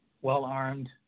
well-armed